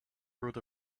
road